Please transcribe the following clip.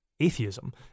atheism